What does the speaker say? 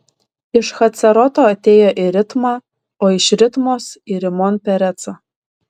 iš haceroto atėjo į ritmą o iš ritmos į rimon perecą